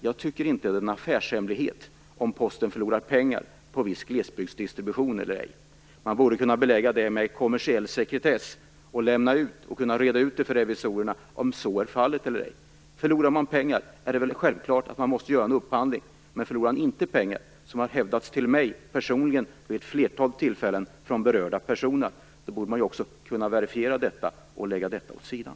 Jag tycker inte att det är en affärshemlighet om Posten förlorar pengar på viss glesbygdsdistribution eller ej. Man borde kunna belägga det med kommersiell sekretess och reda ut för revisorerna om så är fallet. Om man förlorar pengar är det självklart att man måste göra en upphandling, men om man inte förlorar pengar, vilket berörda personer vid ett flertal tillfällen personligen har sagt till mig, borde man kunna verifiera detta och lägga det åt sidan.